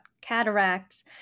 cataracts